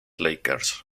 lakers